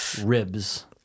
Ribs